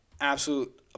Absolute